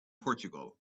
portugal